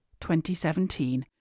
2017